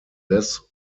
less